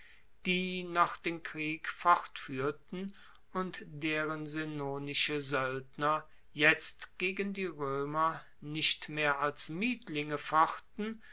die noch den krieg fortfuehrten und deren senonische soeldner jetzt gegen die roemer nicht mehr als mietlinge fochten